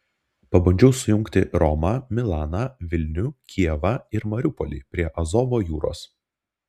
pabandžiau sujungti romą milaną vilnių kijevą ir mariupolį prie azovo jūros